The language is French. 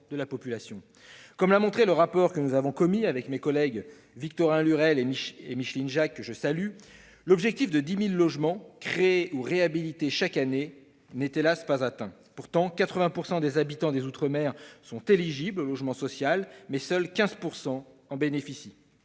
Comme l'a montré le rapport que j'ai commis avec mes collègues Victorin Lurel et Micheline Jacques, que je salue, l'objectif de 10 000 logements créés ou réhabilités chaque année n'est, hélas ! pas atteint. Pourtant, 80 % des habitants des outre-mer sont éligibles au logement social ; mais seuls 15 % d'entre